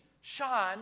Sean